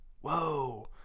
Whoa